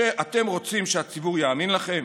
אתם רוצים שהציבור יאמין לכם